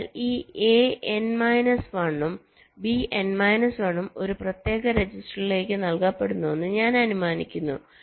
അതിനാൽ ഈ A n minus 1 ഉം B n മൈനസ് 1 ഉം ഒരു പ്രത്യേക രജിസ്റ്ററിലേക്ക് നൽകപ്പെടുന്നുവെന്ന് ഞാൻ അനുമാനിക്കുന്നു